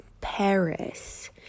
Paris